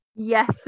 Yes